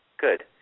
good